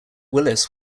willis